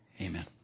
Amen